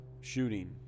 Shooting